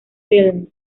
films